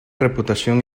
reputación